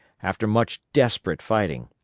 after much desperate fighting,